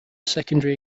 secondary